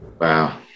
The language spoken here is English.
Wow